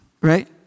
right